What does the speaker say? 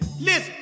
Listen